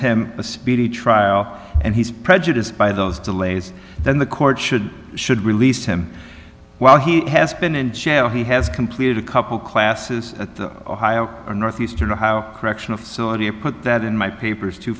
him a speedy trial and he's prejudiced by those delays then the court should should release him while he has been in jail he has completed a couple classes at the northeastern ohio correctional facility a put that in my papers to